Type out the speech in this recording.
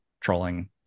trolling